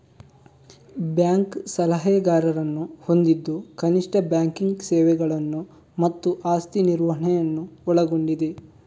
bank ಸಲಹೆಗಾರರನ್ನು ಹೊಂದಿದ್ದು ಕನಿಷ್ಠ ಬ್ಯಾಂಕಿಂಗ್ ಸೇವೆಗಳನ್ನು ಮತ್ತು ಆಸ್ತಿ ನಿರ್ವಹಣೆಯನ್ನು ಒಳಗೊಂಡಿದೆ